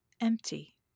empty